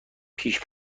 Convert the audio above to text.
پیش